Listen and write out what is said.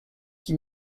qui